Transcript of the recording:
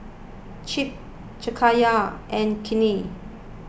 Chip Jakayla and Kinley